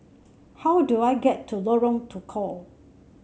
how do I get to Lorong Tukol